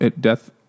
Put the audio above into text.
death